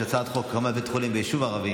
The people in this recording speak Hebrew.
הצעת חוק הקמת בית חולים ביישוב ערבי